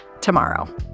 tomorrow